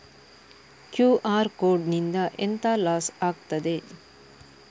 QR code ನಿಂದ ಎಂತ loss ಆಗ್ತದೆ?